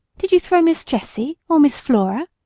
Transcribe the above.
did you throw miss jessie or miss flora?